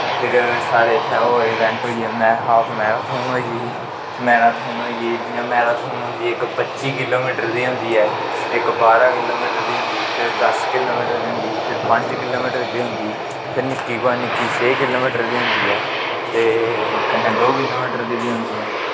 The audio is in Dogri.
फिर साढ़ै इत्थें ओह् इवैंट होई जंदा ऐ हाफ मैराथान होई गेई मैराथान होई गेई जियां मैराथान होंदी इक पच्ची किलो मीटर दी होंदी ऐ इक बारां किलो मीटर दी होंदी फिर दस किलो मीटर दी होंदी फिर पंज किलो मीटर दी होंदी फिर निक्की कोला निक्की छे किलो मीटर दी होंदी ऐ ते कन्नै दो किलो मीटर दी बी होंदी ऐ